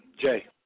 Jay